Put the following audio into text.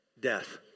death